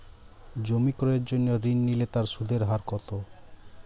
জমি ক্রয়ের জন্য ঋণ নিলে তার সুদের হার কতো?